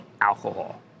alcohol